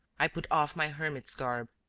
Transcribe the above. i put off my hermit's garb,